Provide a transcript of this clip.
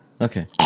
Okay